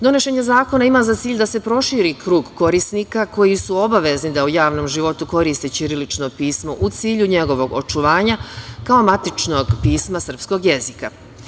Donošenje zakona ima za cilj da se proširi krug korisnika koji su obavezni da u javnom životu koriste ćirilično pismo u cilju njegovog očuvanja kao matičnog pisma srpskog jezika.